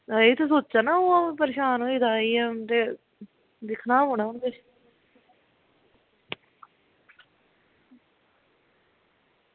में एह् ते सोचा ना ओह् परेशान होई गेदा इयां ते दिक्खना गै पौना हून किश